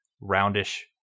roundish